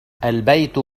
البيت